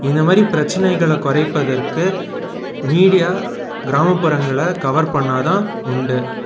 இந்த மாதிரி பிரச்சனைகளை குறைப்பதற்கு மீடியா கிராப்புறங்களை கவர் பண்ணா தான் உண்டு